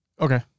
Okay